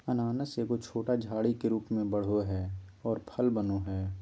अनानास एगो छोटा झाड़ी के रूप में बढ़ो हइ और फल बनो हइ